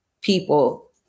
people